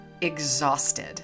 exhausted